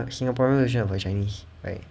singaporean version of a chinese right